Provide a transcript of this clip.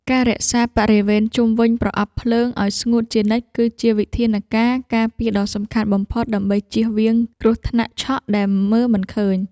ការរក្សាបរិវេណជុំវិញប្រអប់ភ្លើងឱ្យស្ងួតជានិច្ច គឺជាវិធានការការពារដ៏សំខាន់បំផុតដើម្បីជៀសវាងគ្រោះថ្នាក់ឆក់ដែលមើលមិនឃើញ។